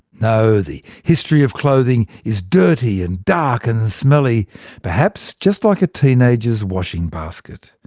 no, the history of clothing is dirty, and dark and smelly perhaps just like a teenager's washing basket.